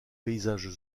paysages